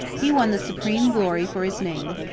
he won the supreme glory for his name,